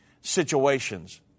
situations